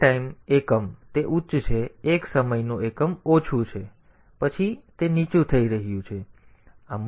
બે ટાઇમ એકમ તે ઉચ્ચ છે એક સમયનું એકમ ઓછું છે પછી ફરીથી તે બે સમયના એકમો માટે ઊંચો જઈ રહ્યો છે પછી તે નીચું થઈ રહ્યું છે જેથી આપણે તેને મેળવી શકીએ